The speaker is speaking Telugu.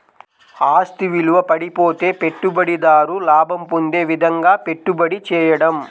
ఆస్తి విలువ పడిపోతే పెట్టుబడిదారు లాభం పొందే విధంగాపెట్టుబడి చేయడం